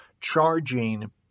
charging